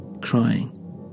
crying